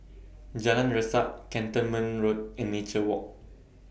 Jalan Resak Cantonment Road and Nature Walk